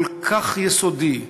כל כך יסודי,